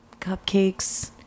Cupcakes